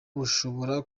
bushobora